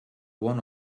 one